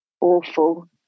awful